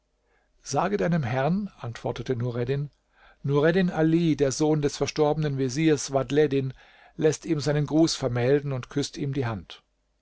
sage deinem herren antwortete nureddin nureddin ali der sohn des verstorbenen veziers vadhleddin läßt ihm seinen gruß vermelden und küßt ihm die hand